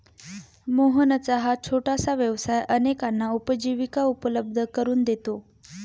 मोहनचा हा छोटासा व्यवसाय अनेकांना उपजीविका उपलब्ध करून देतो